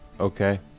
Okay